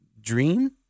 dream